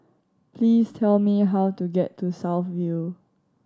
please tell me how to get to South View